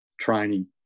training